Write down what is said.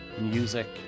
music